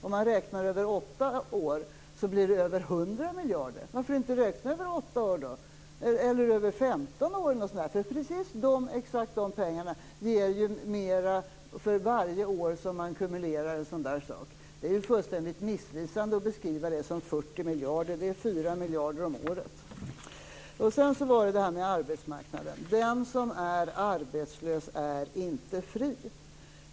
Om man räknar över åtta år blir det över 100 miljarder. Varför inte räkna över åtta år då, eller över femton år? Precis exakt de pengarna ger ju mera för varje år som en sådan här sak ackumuleras. Det är fullständigt missvisande att beskriva det som 40 miljarder. Det är Sedan till arbetsmarknaden. Den som är arbetslös är inte fri.